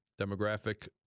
Demographic